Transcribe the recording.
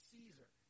Caesar